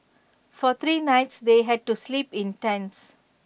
for three nights they had to sleep in tents